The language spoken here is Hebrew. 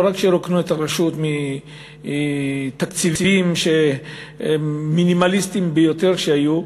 לא רק שרוקנו את הרשות מתקציבים מינימליסטיים ביותר שהיו,